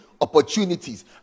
opportunities